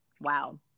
Wow